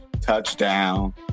touchdown